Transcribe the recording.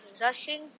rushing